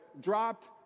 dropped